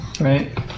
right